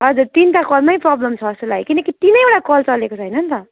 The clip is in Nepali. हजुर तिनवटा कलमै प्रबल्म छ जस्तो लाग्यो किनकि तिनैवटा कल चलेको छैन नि त